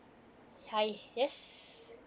hi ye